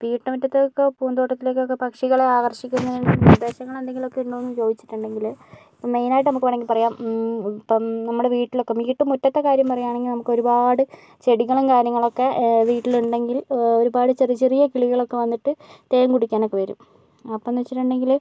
വീട്ടുമുറ്റത്തെ ഒക്കെ പൂന്തോട്ടത്തിലേക്കൊക്കെ പക്ഷികളെ ആകർഷിക്കുന്നതിന് വേണ്ടി നിർദ്ദേശങ്ങൾ എന്തെങ്കിലും ഒക്കെ ഉണ്ടോ എന്ന് ചോദിച്ചിട്ടുണ്ടെങ്കില് മെയിനായിട്ട് നമുക്ക് വേണമെങ്കിൽ പറയാം ഇപ്പം നമ്മുടെ വീട്ടിൽ ഒക്കെ വീട്ടു മുറ്റത്തെ കാര്യം പറയുകയാണെങ്കിൽ നമുക്ക് ഒരുപാട് ചെടികളും കാര്യങ്ങളും ഒക്കെ വീട്ടിൽ ഉണ്ടെങ്കിൽ ഒരുപാട് ചെറിയ ചെറിയ കിളികൾ ഒക്കെ വന്നിട്ട് തേൻ കുടിക്കാൻ ഒക്കെ വരും അപ്പന്നു വെച്ചിട്ടുണ്ടെങ്കില്